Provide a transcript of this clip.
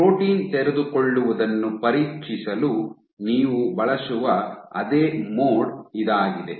protein ತೆರೆದುಕೊಳ್ಳುವುದನ್ನು ಪರೀಕ್ಷಿಸಲು ನೀವು ಬಳಸುವ ಅದೇ ಮೋಡ್ ಇದಾಗಿದೆ